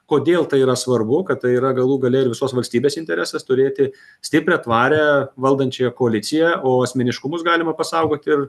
kodėl tai yra svarbu kad tai yra galų gale ir visos valstybės interesas turėti stiprią tvarią valdančiąją koaliciją o asmeniškumus galima pasaugot ir